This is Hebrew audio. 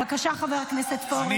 בבקשה, חבר הכנסת פורר.